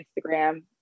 Instagram